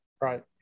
right